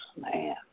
man